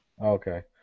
Okay